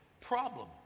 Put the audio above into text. problem